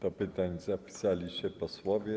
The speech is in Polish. Do pytań zapisali się posłowie.